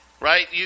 right